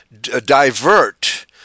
divert